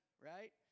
right